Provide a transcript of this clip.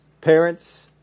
parents